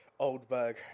Oldberg